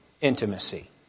intimacy